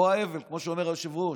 או האבל, כמו שאומר היושב-ראש,